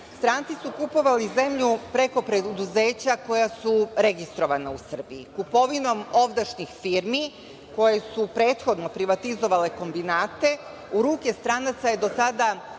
su kupovali zemlju preko preduzeća koja su registrovana u Srbiji. Kupovinom ovdašnjih firmi koje su prethodno privatizovale kombinate u ruke stranaca je do sada